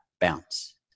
bounce